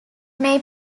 may